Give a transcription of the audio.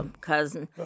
cousin